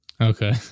Okay